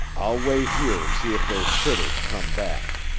i'll wait here and see if those critters come back.